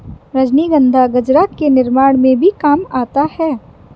रजनीगंधा गजरा के निर्माण में भी काम आता है